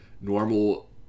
normal